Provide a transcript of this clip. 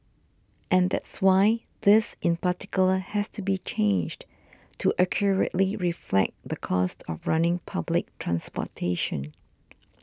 and that's why this in particular has to be changed to accurately reflect the cost of running public transportation